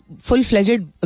full-fledged